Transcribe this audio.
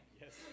Yes